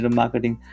marketing